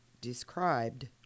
described